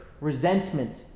resentment